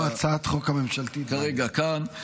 מה עם הצעת החוק הממשלתית בעניין?